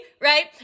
right